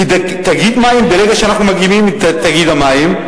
כי ברגע שאנחנו מקימים את תאגיד המים,